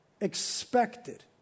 expected